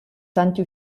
tanti